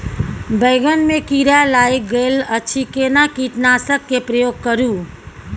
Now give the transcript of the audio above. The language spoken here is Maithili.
बैंगन में कीरा लाईग गेल अछि केना कीटनासक के प्रयोग करू?